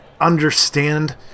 understand